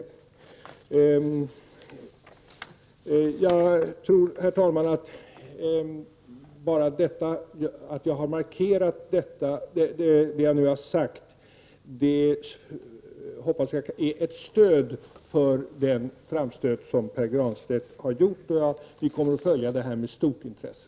Det kanske kan ske genom att man använder sig av en sådan generalplan som Pär Granstedt föreslår. Herr talman! Jag hoppas att det jag nu har sagt kan vara ett stöd för den framstöt som Pär Granstedt har gjort, och jag vill säga att vi kommer att följa denna fråga med stort intresse.